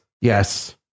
Yes